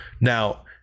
Now